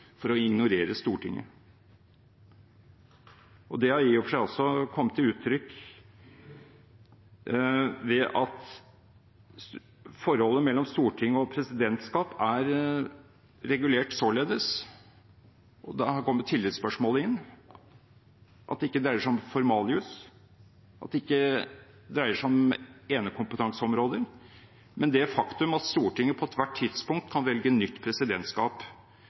for å ignorere Stortinget. Det har i og for seg også kommet til uttrykk ved at forholdet mellom storting og presidentskap er regulert således. Da kommer tillitsspørsmålet inn, at det ikke dreier seg om formaljus, at det ikke dreier seg om enekompetanseområder, men det faktum at Stortinget på ethvert tidspunkt kan velge nytt presidentskap.